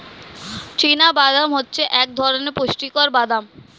চীনা বাদাম হচ্ছে এক ধরণের পুষ্টিকর বাদাম